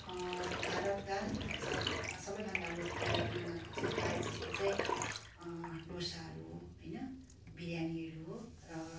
भारतका सब सबैभन्दा लोकप्रिय खानाहरू चाहिँ प्राय जस्तो चाहिँ डोसाहरू होइन बिरयानीहरू हो र